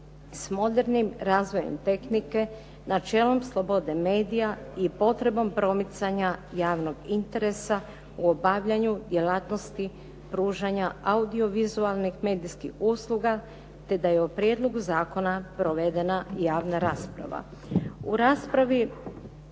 s modernim razvojem tehnike načelom slobode medija i potrebom promicanja javnog interesa u obavljanju djelatnosti pružanja audiovizualnih medijskih usluga, te da je o prijedlogu zakona provedena javna rasprava. U raspravi